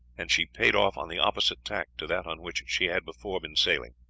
and she payed off on the opposite tack to that on which she had before been sailing.